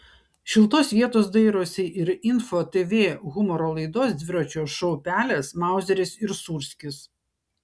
šiltos vietos dairosi ir info tv humoro laidos dviračio šou pelės mauzeris ir sūrskis